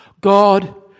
God